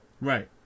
Right